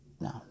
no